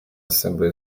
assembly